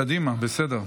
קדימה, בסדר.